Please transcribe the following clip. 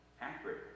Accurate